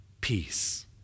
peace